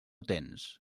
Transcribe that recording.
tens